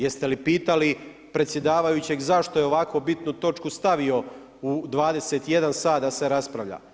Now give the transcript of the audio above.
Jeste li pitali predsjedavajućeg zašto je ovako bitnu točku stavio u 21 sat da se raspravlja?